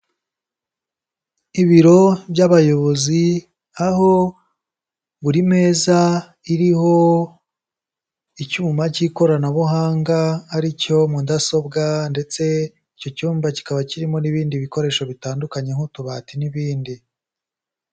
Ibiro by'abayobozi, aho buri meza iriho icyuma cy'ikoranabuhanga ari cyo mudasobwa, ndetse icyo cyumba kikaba kirimo n'ibindi bikoresho bitandukanye nk'utubati n'ibindi.